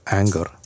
anger